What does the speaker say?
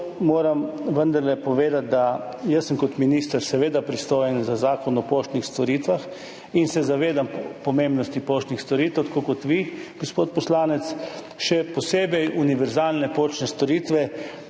moram vendarle povedati, da sem kot minister seveda pristojen za Zakon o poštnih storitvah in se zavedam pomembnosti poštnih storitev, tako kot vi, gospod poslanec, še posebej univerzalne poštne storitve,